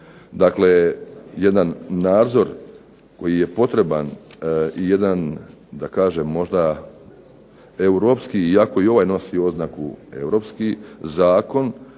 dakle jedan nadzor koji je potreban da kažem možda i europski i ako ovoj nosi oznaku europski zakon